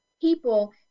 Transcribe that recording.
people